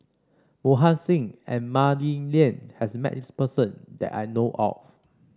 Mohan Singh and Mah Li Lian has met this person that I know of